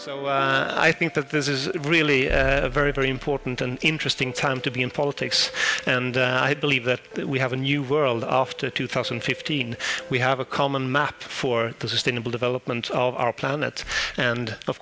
so i think that this is really a very very important and interesting time to be in politics and i believe that we have a new world after two thousand and fifteen we have a common map for sustainable development of our planet and of